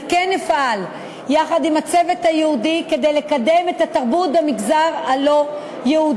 אני כן אפעל יחד עם הצוות הייעודי כדי לקדם את התרבות במגזר הלא-יהודי.